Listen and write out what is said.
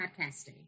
podcasting